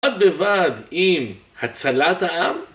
בד בבד עם הצלת העם?